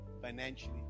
financially